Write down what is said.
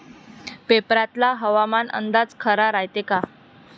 पेपरातला हवामान अंदाज खरा रायते का?